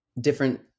different